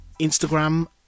Instagram